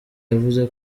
yavuze